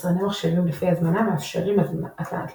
יצרני מחשבים לפי הזמנה מאפשרים התקנת לינוקס.